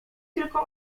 tylko